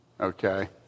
okay